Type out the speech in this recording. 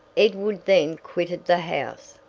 edward then quitted the house,